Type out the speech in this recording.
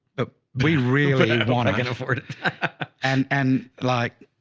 but we really want to go forward and, and like,